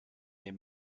wir